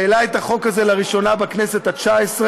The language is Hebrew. שהעלה את החוק הזה לראשונה בכנסת התשע-עשרה,